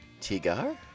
Tigar